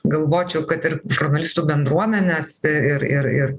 galvočiau kad ir žurnalistų bendruomenės ir ir ir